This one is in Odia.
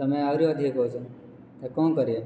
ତୁମେ ଆହୁରି ଅଧିକା କହୁଛ ତ କ'ଣ କରିବା